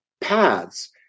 paths